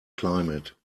climate